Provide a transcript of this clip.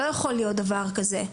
לא יכול להיות דבר כזה.